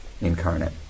incarnate